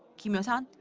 kim hyo-sun,